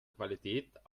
qualität